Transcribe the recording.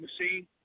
machine